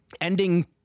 ending